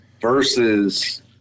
versus